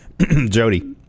jody